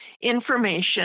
information